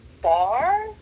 bar